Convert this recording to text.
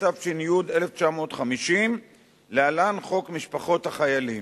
התש"י 1950 (להלן: חוק משפחות החיילים).